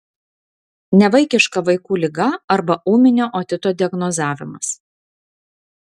nevaikiška vaikų liga arba ūminio otito diagnozavimas